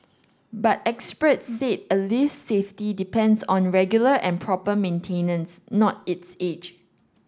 but experts said a lift's safety depends on regular and proper maintenance not its age